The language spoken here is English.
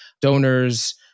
donors